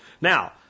Now